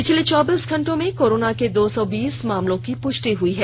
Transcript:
पिछले चौबीस घंटो में कोरोना के दो सौ बीस मामलों की पृष्टि हई है